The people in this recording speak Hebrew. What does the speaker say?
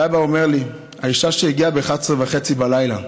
ואבא אומר לי: האישה שהגיעה ב-23:30 בלילה,